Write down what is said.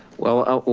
well,